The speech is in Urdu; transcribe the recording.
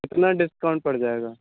کتنا ڈسکاؤنٹ پڑ جائے گا